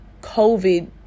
covid